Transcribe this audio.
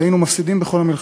היינו מפסידים בכל המלחמות.